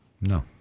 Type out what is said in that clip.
no